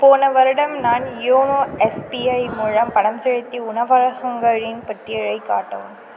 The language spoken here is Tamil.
போன வருடம் நான் யோனோ எஸ்பிஐ மூலம் பணம் செலுத்திய உணவகங்களின் பட்டியலைக் காட்டவும்